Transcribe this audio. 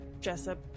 Jessup